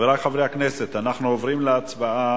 חברי חברי הכנסת, אנחנו עוברים להצבעה,